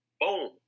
Boom